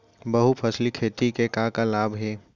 बहुफसली खेती के का का लाभ हे?